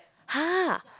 !huh!